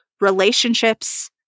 relationships